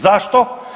Zašto?